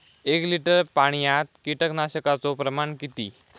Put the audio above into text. एक लिटर पाणयात कीटकनाशकाचो प्रमाण किती?